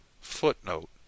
Footnote